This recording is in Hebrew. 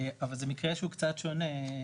אבל זה מקרה שהוא קצת שונה,